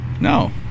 no